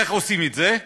ואיך עושים את זה?